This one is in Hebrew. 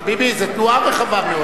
חביבי, זה תנועה רחבה מאוד.